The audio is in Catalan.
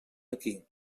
aquí